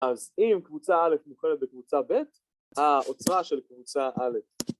‫אז אם קבוצה א' מוכלת בקבוצה ב', ‫העוצמה של קבוצה א'.